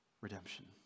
redemption